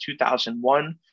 2001